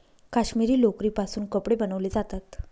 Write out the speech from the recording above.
काश्मिरी लोकरीपासून कपडे बनवले जातात